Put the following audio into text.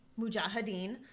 Mujahideen